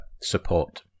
support